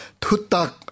Tutak